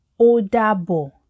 ODABO